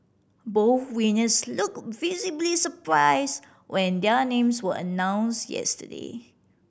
both winners looked visibly surprised when their names were announced yesterday